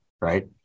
right